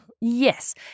Yes